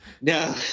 No